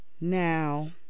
Now